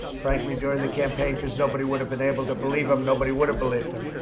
frankly, during the campaign because nobody would've been able to believe them. nobody would've believed them.